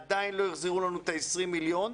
עדיין לא החזירו לנו את 20 המיליון.